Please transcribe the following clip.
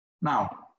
Now